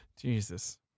Jesus